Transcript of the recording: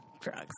drugs